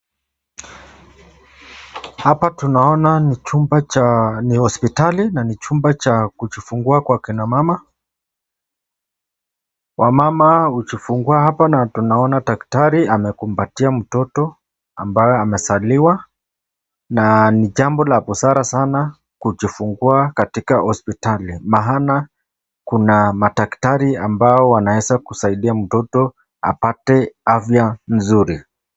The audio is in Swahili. Hapa tunaona ni chumba cha ni hospitali na ni chumba cha kujifungua kwa kina mama, wamama hujifungua hapa na tunaona daktari amekumpatia mtoto ambayo amezaliwa na ni jambo la busara sana kujifungua katika hospitali, maana Kuna madaktari ambao wanaweza kusaidia mtoto apate afya mzuri.